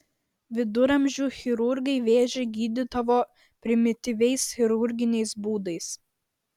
viduramžių chirurgai vėžį gydydavo primityviais chirurginiais būdais